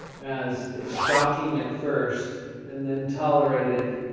as it's shocking at first and then tolerated.